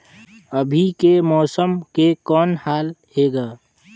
अभी के मौसम के कौन हाल हे ग?